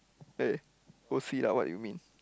eh go see lah what it mean